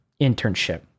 internship